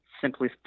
simply